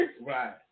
Right